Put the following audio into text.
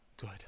good